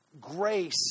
Grace